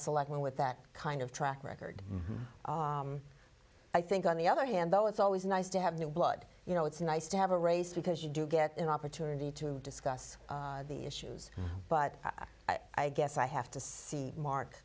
selectman with that kind of track record i think on the other hand though it's always nice to have new blood you know it's nice to have a race because you do get an opportunity to discuss the issues but i guess i have to see mark